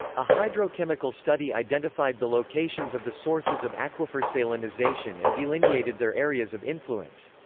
a hydrochemical study identified the locations of the sources of aquifer salinisation and delineated their areas of influence.